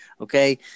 okay